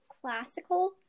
classical